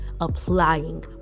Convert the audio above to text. applying